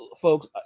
folks